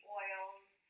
oils